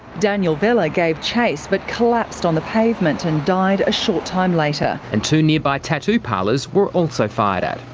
daniel vella gave chase but collapsed on the pavement and died a short time later. and two nearby tattoo parlours were also fired at.